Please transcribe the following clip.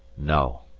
no!